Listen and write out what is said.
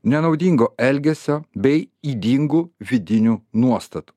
nenaudingo elgesio bei ydingų vidinių nuostatų